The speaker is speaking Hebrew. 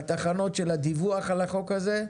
בתחנות של הדיווח על החוק הזה,